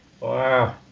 Wow